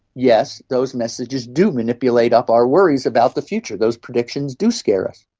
yes, those messages do manipulate up our worries about the future, those predictions do scare us.